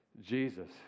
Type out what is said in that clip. Jesus